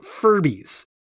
Furbies